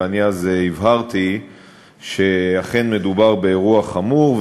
ואני אז הבהרתי שאכן מדובר באירוע חמור,